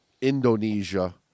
Indonesia